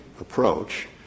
approach